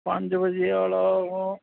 ਪੰਜ ਵਜੇ ਵਾਲਾ ਓ